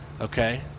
Okay